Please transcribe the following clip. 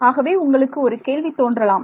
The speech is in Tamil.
ஆகவே உங்களுக்கு ஒரு கேள்வி தோன்றலாம்